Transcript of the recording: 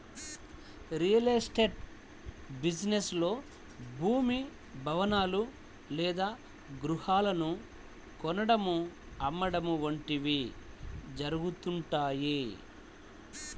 real estate business లో భూమి, భవనాలు లేదా గృహాలను కొనడం, అమ్మడం వంటివి జరుగుతుంటాయి